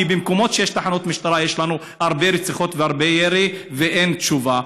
כי במקומות שיש תחנות משטרה יש לנו הרבה רציחות והרבה ירי ואין תשובה.